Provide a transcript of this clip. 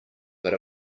but